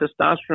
testosterone